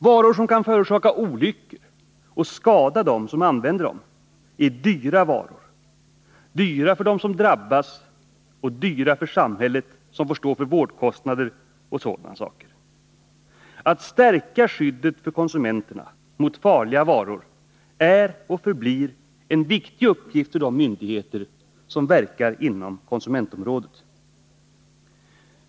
Varor som kan förorsaka olyckor och skada dem som använder dem är dyra varor — dyra för dem som drabbas och dyra för samhället som får stå för t.ex. vårdkostnader. Att stärka skyddet för konsumenterna mot farliga varor är och förblir en viktig uppgift för de myndigheter som verkar inom konsumentområdet.